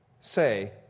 say